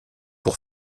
pour